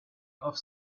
off